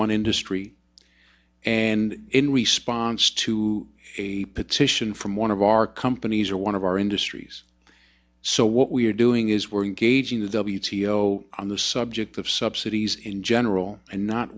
one industry and in response to a petition from one of our companies or one of our industries so what we're doing is we're engaging the w t o on the subject of subsidies in general and not